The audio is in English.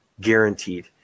guaranteed